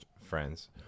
friends